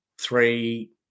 three